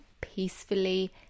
peacefully